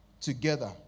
together